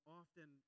often